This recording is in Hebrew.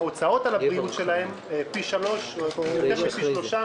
ההוצאות על הבריאות שלהם יותר מפי שלושה